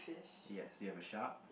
yes do you have a shark